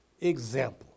example